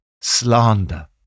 slander